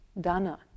dana